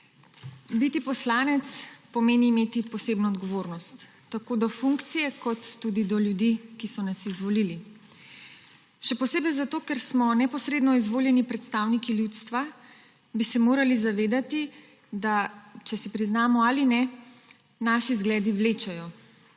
Biti poslanec pomeni imeti posebno odgovornost tako do funkcije kot tudi do ljudi, ki so nas izvolili. Še posebej zato ker smo neposredno izvoljeni predstavniki ljudstva, bi se morali zavedati, če si priznamo ali ne, da naši zgledi vlečejo.